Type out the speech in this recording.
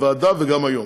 בוועדה וגם היום,